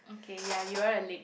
okay ya you are a late